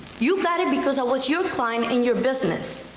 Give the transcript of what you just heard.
you got it because i was your client in your business,